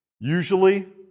Usually